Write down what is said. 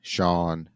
Sean